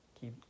keep